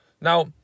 Now